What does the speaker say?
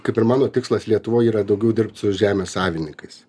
kaip ir mano tikslas lietuvoj yra daugiau dirbti su žemės savininkais